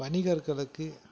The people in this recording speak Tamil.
வணிகர்களுக்கு